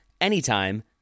anytime